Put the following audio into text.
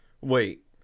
Wait